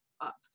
up